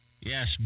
Yes